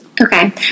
Okay